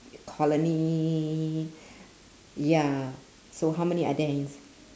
colony ya so how many are there ins~